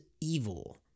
evil